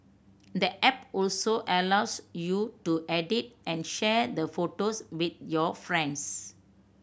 the app also allows you to edit and share the photos with your friends